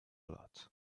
lot